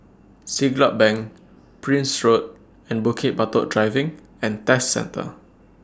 Siglap Bank Prince Road and Bukit Batok Driving and Test Centre